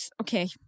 okay